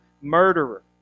murderer